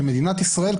שמדינת ישראל,